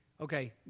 okay